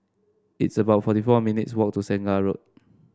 it's about forty four minutes walk to Segar Road